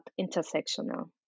intersectional